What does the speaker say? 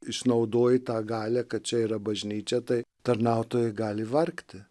išnaudoji tą galią kad čia yra bažnyčia tai tarnautojai gali vargti